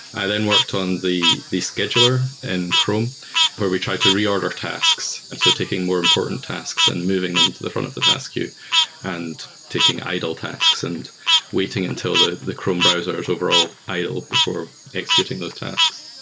i then worked on the the scheduler in and chrome where we tried to reorder tasks. and so taking more important tasks and moving them to the front of the task queue and taking idle tasks and waiting until the the chrome browsers overall idle before executing those tasks.